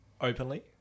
openly